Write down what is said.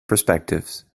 perspectives